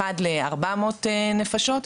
אחד ל-400 נפשות,